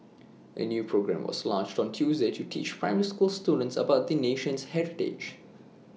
A new programme was launched on Tuesday to teach primary school students about the nation's heritage